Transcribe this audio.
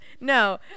No